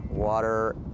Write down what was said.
Water